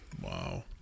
Wow